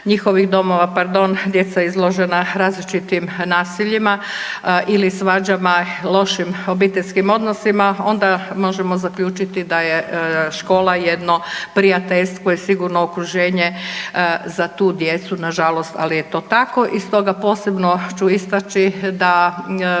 njihovih domova pardon, djeca izložena različitim nasiljima ili svađama, lošim obiteljskim odnosima onda možemo zaključiti da je škola jedno prijateljsko i sigurno okruženje za tu djecu, nažalost ali je to tako. I stoga posebno ću istači da